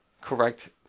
correct